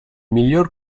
miglior